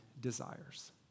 desires